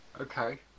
Okay